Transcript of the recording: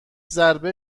ضربه